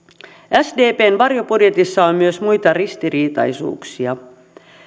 sdpn varjobudjetissa on myös muita ristiriitaisuuksia